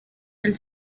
del